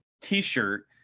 T-shirt